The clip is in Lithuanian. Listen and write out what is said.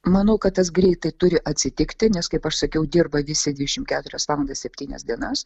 manau kad tas greitai turi atsitikti nes kaip aš sakiau dirba visi dvidešimt keturias valandas septynias dienas